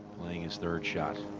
playing his third shot.